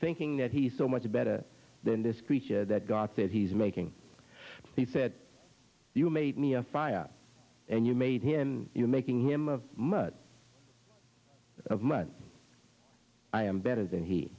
thinking that he's so much better than this creature that god says he's making he said you made me a fiat and you made him you're making him of much of money i am better than he